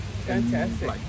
fantastic